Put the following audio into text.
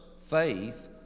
faith